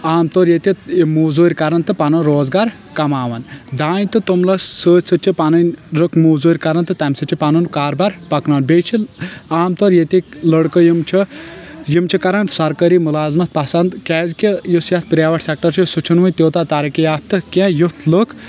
عام طور ییٚتہِ موزورۍ کران تہٕ پنُن روزگار کماوان دانہِ تہٕ تومُلس سۭتۍ سۭتۍ چھِ پنٕنۍ لُکھ موزورۍ کران تہٕ تمہِ سۭتۍ چھِ پنُن کاربار پکناوان بییٚہِ چھِ عام طور یتیکۍ لڑکہٕ یِم چھِ یِم چھِ کران سرکٲری مُلازمتھ پسنٛد کیاز کہِ یُس یتھ پریوٹ سیٚکٹر چھُ سُہ چھُنہٕ وۄنۍ تیوٗتاہ ترقی یافتہ کینٛہہ یُتھ لُکھ